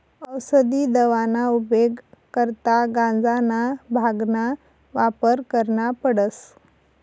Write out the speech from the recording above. औसदी दवाना उपेग करता गांजाना, भांगना वापर करना पडस